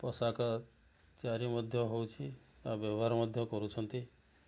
ପୋଷାକ ତିଆରି ମଧ୍ୟ ହେଉଛି ଆଉ ବ୍ୟବହାର ମଧ୍ୟ କରୁଛନ୍ତି